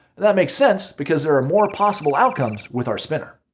that makes sense because there are more possible outcomes with our spinner.